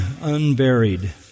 unburied